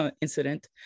incident